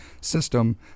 system